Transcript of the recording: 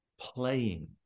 playing